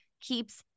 keeps